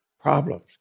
problems